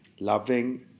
loving